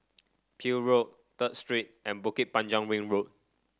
Peel Road Third Street and Bukit Panjang Ring Road